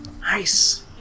Nice